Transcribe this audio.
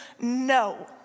no